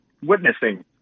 witnessing